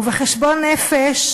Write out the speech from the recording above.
ובחשבון נפש